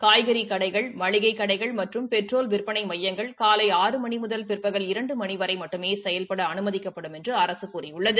காய்கறி கடைகள் மளிகை கடைகள் மற்றும் பெட்ரோல் விற்பனை மையங்கள் காலை ஆறு மணி முதல் பிற்பகல் இரண்டு மணி வரை மட்டுமே செயல்பட அனுமதிக்கப்படும் என்று அரசு கூறியுள்ளது